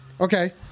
Okay